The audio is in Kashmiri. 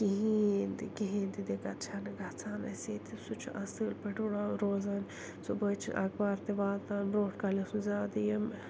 کِہیٖنۍ تہِ کِہیٖنۍ تہِ دِقت چھَنہٕ گژھان اَسہِ ییٚتہِ سُہ چھُ اصٕل پٲٹھۍ را روزان صُبحٲے چھِ اخبار تہِ واتان برٛونٹھ کالہِ اوس نہٕ زیادٕ یِم